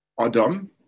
Adam